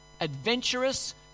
adventurous